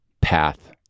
path